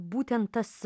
būtent tas